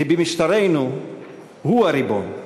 כי במשטרנו הוא הריבון,